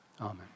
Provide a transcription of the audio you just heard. Amen